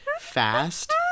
fast